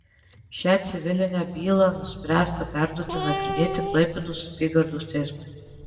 šią civilinę bylą nuspręsta perduoti nagrinėti klaipėdos apygardos teismui